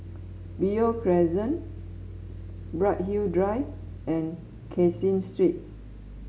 Beo Crescent Bright Hill Drive and Caseen Street